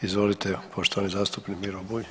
Izvolite poštovani zastupnik Miro Bulj.